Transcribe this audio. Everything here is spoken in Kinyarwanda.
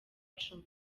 cumi